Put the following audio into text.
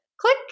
Click